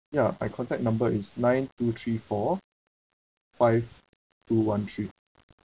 ya my contact number is nine two three four five two one three